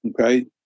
Okay